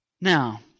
Now